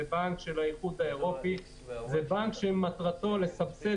זה בנק של האיחוד האירופי שמטרתו היא לסבסד